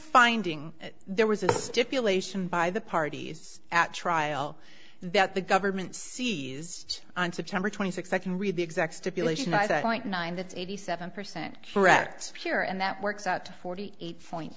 finding there was a stipulation by the parties at trial that the government seized on september twenty sixth i can read the exact stipulation either point nine that's eighty seven percent correct here and that works out to forty eight point